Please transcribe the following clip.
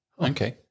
Okay